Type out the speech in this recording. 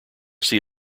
see